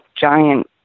giant